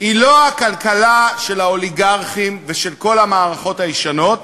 היא לא הכלכלה של האוליגרכים ושל כל המערכות הישנות,